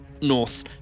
north